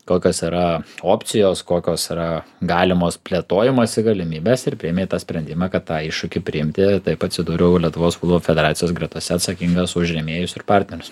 kokios yra opcijos kokios yra galimos plėtojimosi galimybės ir priėmei tą sprendimą kad tą iššūkį priimti taip atsidūriau lietuvos futbolo federacijos gretose atsakingas už rėmėjus ir partnerius